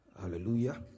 Hallelujah